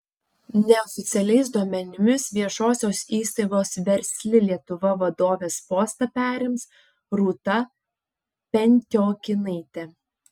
neoficialiais duomenimis viešosios įstaigos versli lietuva vadovės postą perims rūta pentiokinaitė